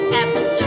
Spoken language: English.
episode